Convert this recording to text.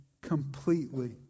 completely